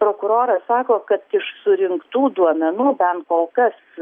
prokuroras sako kad iš surinktų duomenų bent kol kas